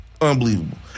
Unbelievable